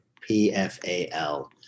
P-F-A-L